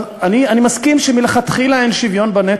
אני מסכים שמלכתחילה אין שוויון בנטל.